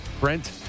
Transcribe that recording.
brent